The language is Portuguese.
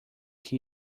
que